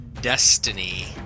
destiny